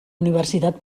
universitat